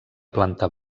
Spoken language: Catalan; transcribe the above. planta